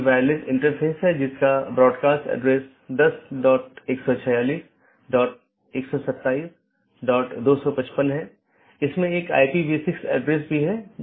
तो इसका मतलब यह है कि OSPF या RIP प्रोटोकॉल जो भी हैं जो उन सूचनाओं के साथ हैं उनका उपयोग इस BGP द्वारा किया जा रहा है